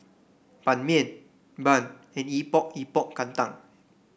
Ban Mian bun and Epok Epok Kentang